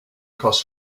costs